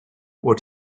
what